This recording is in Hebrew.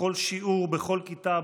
בכל שיעור ובכל כיתה,